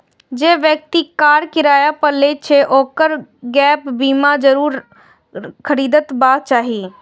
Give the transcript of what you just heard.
जे व्यक्ति कार किराया पर लै छै, ओकरा गैप बीमा जरूर खरीदबाक चाही